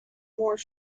more